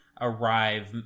arrive